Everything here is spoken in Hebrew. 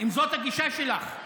אם זאת הגישה שלך?